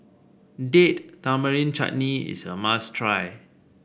Date Tamarind Chutney is a must try